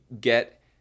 get